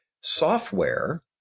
software